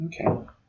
Okay